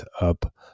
up